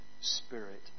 spirit